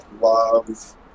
love